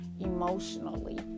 emotionally